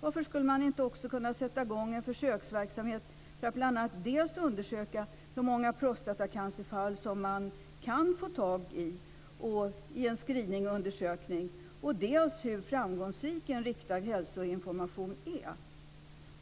Varför skulle man inte också kunna sätta i gång en försöksverksamhet för att bl.a. dels undersöka hur många prostatacancerfall som man i en screeningundersökning kan få tag i, dels undersöka hur framgångsrik en riktad hälsoinformation är?